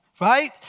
Right